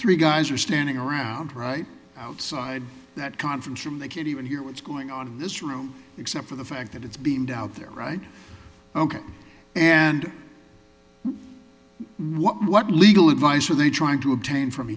ree guys are standing around right outside that conference room they can't even hear what's going on in this room except for the fact that it's beamed out there right ok and what legal advice are they trying to obtain from